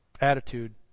attitude